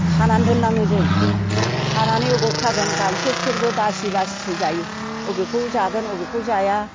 खानानै दोननाङो जों खानानै अबाव खागोन गांसो बिसोरबो बासि बासिसो जायो अबेखौ जागोन अबेखौ जाया